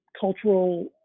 cultural